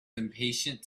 impatient